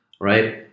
right